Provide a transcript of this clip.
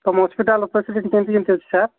ତୁମ hospital facility କେମିତି ଅଛି ସାର୍